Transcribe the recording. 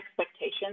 expectations